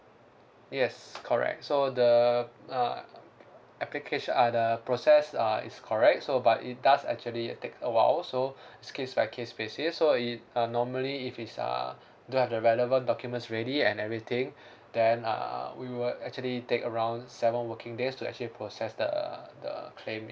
yes correct so the uh application uh the process uh is correct so but it does actually take a while so it's case by case basis so it uh normally if it's uh do have the relevant documents ready and everything then uh we will actually take around seven working days to actually process the the claim